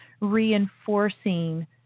reinforcing